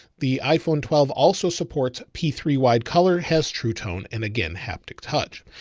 the iphone twelve also supports p three wide color has true tone. and again, haptic touch.